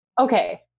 Okay